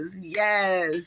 yes